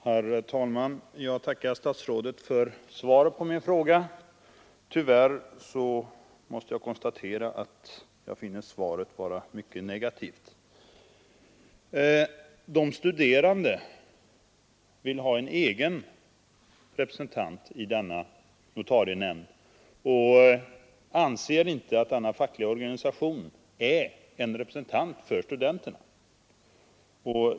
Herr talman! Jag tackar statsrådet för svaret på min fråga. Tyvärr måste jag konstatera att det är mycket negativt. De studerande vill ha en egen representant i notarienämnden och anser inte att den fackliga organisationen är en företrädare för studenterna.